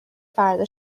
فردا